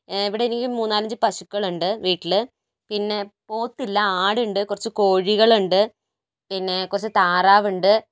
ഇവിടെ എനിക്ക് മൂന്നാലഞ്ച് പശുക്കളുണ്ട് വീട്ടിൽ പിന്നെ പോത്തില്ല ആടുണ്ട് കുറച്ച് കോഴികളുണ്ട് പിന്നെ കുറച്ച് താറാവുണ്ട്